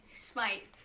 smite